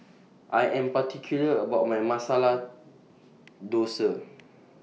I Am particular about My Masala Dosa